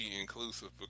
inclusive